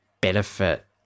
benefit